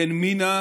בן מינה,